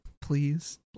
please